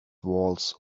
walls